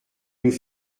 nous